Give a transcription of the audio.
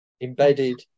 embedded